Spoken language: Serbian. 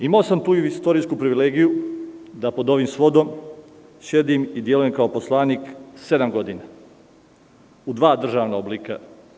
Imao sam tu istorijsku privilegiju da pod ovim svodom sedim i delujem kao poslanik sedam godina u dva državna oblika.